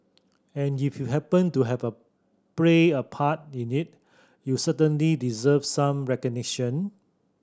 and if you happened to have a played a part in it you certainly deserve some recognition